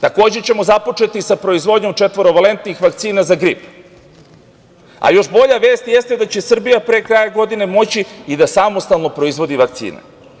Takođe ćemo započeti i sa proizvodnjom četvorovalentnih vakcina za grip, a još bolja vest jeste da će Srbija pre kraja godine moći i da samostalno proizvodi vakcine.